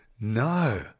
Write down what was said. No